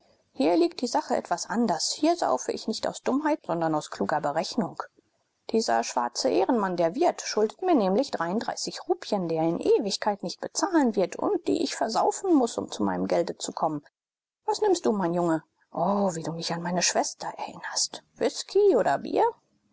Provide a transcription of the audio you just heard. hier liegt die sache etwas anders hier saufe ich nicht aus dummheit sondern aus kluger berechnung dieser schwarze ehrenmann der wirt schuldet mir nämlich rupien die er in ewigkeit nicht bezahlen wird und die ich versaufen muß um zu meinem gelde zu kommen was nimmst du mein junge o wie du mich an meine schwester erinnerst whisky oder bier